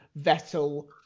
Vettel